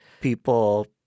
people